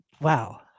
wow